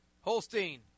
holstein